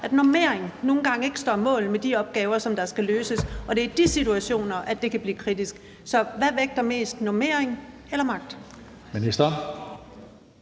at normeringen nogle gange ikke står mål med de opgaver, der skal løses, og det er i de situationer, at det kan blive kritisk. Så hvad vægter mest – normering eller magt?